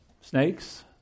snakes